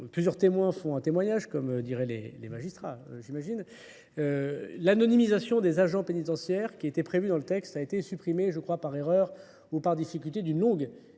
plusieurs témoins font un témoignage, comme dirait les magistrats, j'imagine. L'anonymisation des agents pénitentiaires, qui était prévue dans le texte, a été supprimée, je crois par erreur ou par difficulté, d'une longue et très